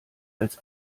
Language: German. als